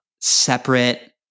separate